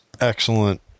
excellent